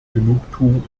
genugtuung